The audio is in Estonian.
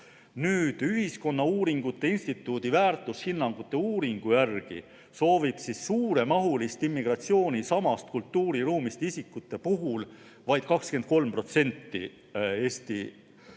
Nüüd, Ühiskonnauuringute Instituudi väärtushinnangute uuringu järgi soovib suuremahulist immigratsiooni samast kultuuriruumist isikute puhul vaid 23% Eesti